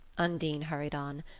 undine hurried on,